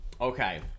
Okay